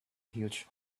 huge